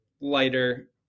lighter